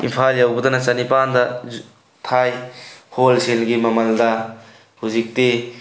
ꯏꯝꯐꯥꯜ ꯌꯧꯕꯗꯅ ꯆꯅꯤꯄꯥꯟꯗ ꯊꯥꯏ ꯍꯣꯜꯁꯦꯜꯒꯤ ꯃꯃꯜꯗ ꯍꯧꯖꯤꯛꯇꯤ